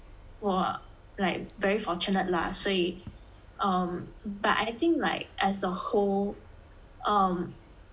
我 like very fortunate lah 所以 um but I think like as a whole um